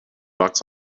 bucks